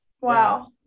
wow